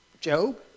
Job